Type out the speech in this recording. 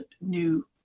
new